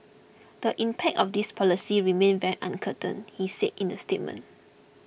the impact of these policies remains very uncertain he said in the statement